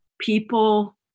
people